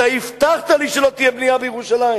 אתה הבטחת לי שלא תהיה בנייה בירושלים.